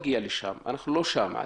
אנחנו לא שם עדיין.